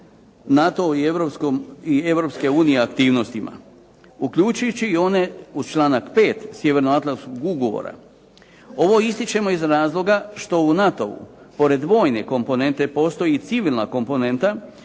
unije aktivnostima, uključujući i one uz članak 5. Sjevernoatlantskog ugovora. Ovo ističemo iz razloga što u NATO-u pored vojne komponente postoji i civilna komponenta,